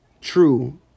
true